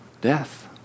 death